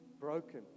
broken